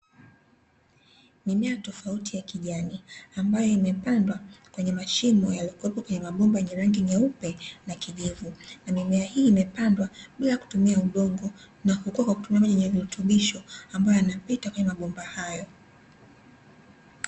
Mimea tofauti ya kijani ambayo imepandwa kwenye mashimo yaliyopo kwenye mabomba yenye rangi nyeupe na kijivu. Na mimea hii imepandwa bila kutumia udongo na kukua kwa kutumia maji yenye virutubisho, ambayo yanapita kwenye mabomba hayo.